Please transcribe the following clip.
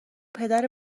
پدر